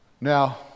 Now